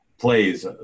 plays